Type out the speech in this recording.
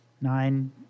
Nine